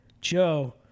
Joe